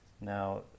Now